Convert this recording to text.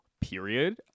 period